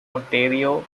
ontario